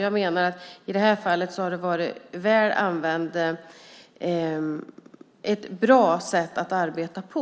Jag menar att i det här fallet har det varit ett bra sätt att arbeta på.